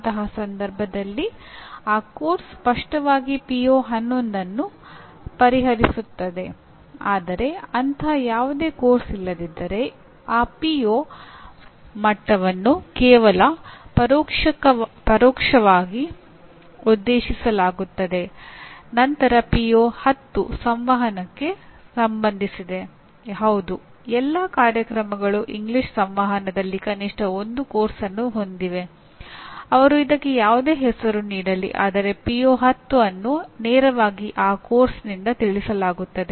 ಅಂತಹ ಸಂದರ್ಭದಲ್ಲಿ ಆ ಪಠ್ಯಕ್ರಮ ಸ್ಪಷ್ಟವಾಗಿ ಪಿಒ11 ಅನ್ನು ನೇರವಾಗಿ ಆ ಪಠ್ಯಕ್ರಮದಿಂದ ತಿಳಿಸಲಾಗುತ್ತದೆ